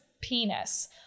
penis